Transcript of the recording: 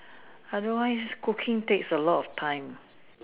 otherwise cooking takes a lot of time